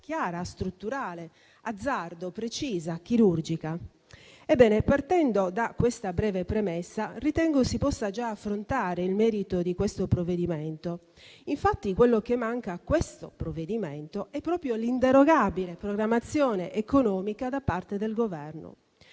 chiara, strutturale e - azzardo - precisa e chirurgica. Ebbene, partendo da questa breve premessa, ritengo si possa già affrontare il merito di questo provvedimento. Infatti, quello che manca a questo provvedimento è proprio l'inderogabile programmazione economica da parte del Governo;